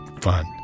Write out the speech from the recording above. fun